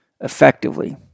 effectively